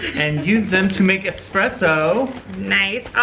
and use them to make espresso. nice.